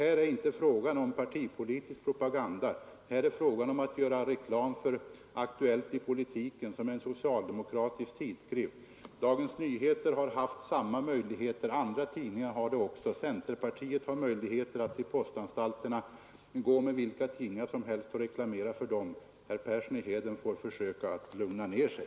Här är det inte fråga om partipolitisk propaganda, här är det fråga om att göra reklam för Aktuellt i politiken, som är en socialdemokratisk tidskrift. Dagens Nyheter har haft samma möjligheter, och andra tidningar har det också. Även centerpartiet har möjligheter att reklamera för vilka tidningar det vill på postanstalterna. Herr Persson i Heden får försöka lugna ned sig.